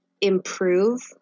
improve